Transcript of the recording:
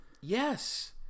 Yes